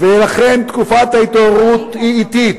ולכן תקופת ההתעוררות היא אטית